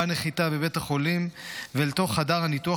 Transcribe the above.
בנחיתה בבית החולים ואל תוך חדר הניתוח,